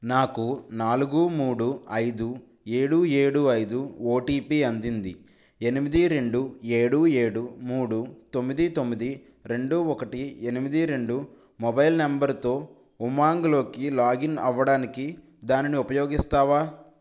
నాకు నాలుగు మూడు ఐదు ఏడు ఏడు ఐదు ఓటీపీ అందింది ఎనిమిది రెండు ఏడు ఏడు మూడు తొమ్మిది తొమ్మిది రెండు ఒకటి ఎనిమిది రెండు మొబైల్ నంబరుతో ఉమాంగ్లోకి లాగిన్ అవ్వడానికి దానిని ఉపయోగిస్తావా